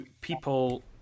people